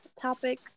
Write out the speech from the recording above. topic